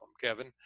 Kevin